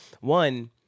one